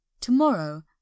To-morrow